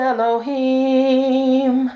Elohim